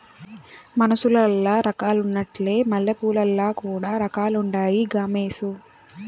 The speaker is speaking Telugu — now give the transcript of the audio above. మనుసులల్ల రకాలున్నట్లే మల్లెపూలల్ల కూడా రకాలుండాయి గామోసు